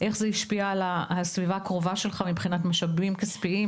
איך זה השפיע על הסביבה הקרובה שלו מבחינת משאבים כספיים,